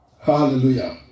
Hallelujah